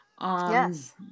Yes